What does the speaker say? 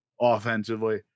offensively